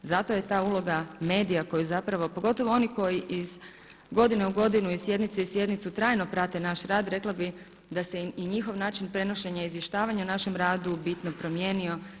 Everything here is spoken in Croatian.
Zato je ta uloga medija koji zapravo, pogotovo oni koji iz godine u godinu, iz sjednice u sjednicu trajno prate naš rad rekla bih da se i njihov način prenošenja i izvještavanja o našem radu bitno promijenio.